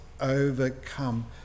overcome